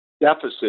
deficit